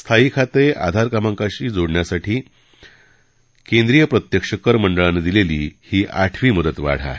स्थायी खाते क्रमांक आधारशी जोडण्यासाठी केंद्रीय प्रत्यक्ष कर मंडळानं दिलेली ही आठवी मुदतवाढ आहे